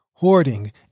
hoarding